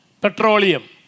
petroleum